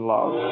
Love